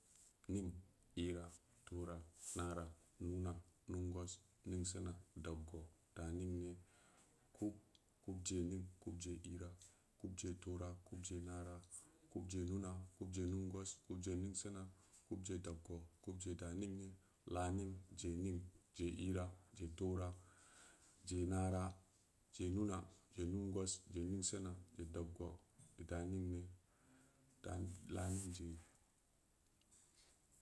Ning ira toora nara nuna nungos ningsina daggo daning ne kub kub je ning kubjeira kubje tora kubje nara kubje nuna kubje nungos kubje ning sina kabje daggo kubje daningne laaning je ning je ira je tora je nara je nuna je nungos je ningsina je dagwa je daning ne laaning je.